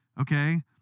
Okay